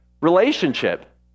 relationship